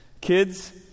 Kids